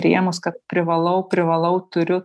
rėmus kad privalau privalau turiu